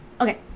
Okay